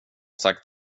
sagt